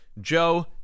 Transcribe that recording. Joe